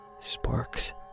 Sparks